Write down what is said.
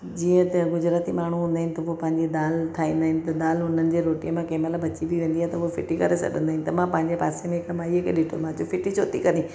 जीअं त गुजराती माण्हू हूंदा आहिनि त पोइ पंहिंजी दाल ठाहींदा आहिनि त दाल उन्हनि जे रोटीअ में कंहिं महिल बची बि वेंदी आहे त हू फिटी बि करे सघंदा आहिनि त मां पंहिंजे पासे में हिक माई खे ॾिठो त मां चयो फिटी छोती करीं